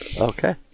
Okay